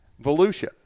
Volusia